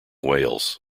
wales